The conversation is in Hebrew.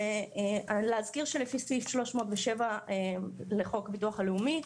להזכיר שלפי סעיף 307 לחוק ביטוח לאומי,